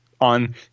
on